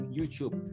YouTube